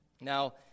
Now